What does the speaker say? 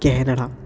Canada